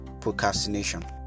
procrastination